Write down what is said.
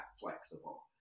flexible